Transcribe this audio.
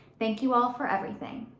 thank you all for everything.